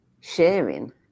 sharing